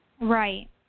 Right